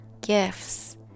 gifts